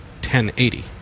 1080